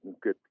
Good